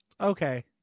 Okay